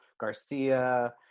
Garcia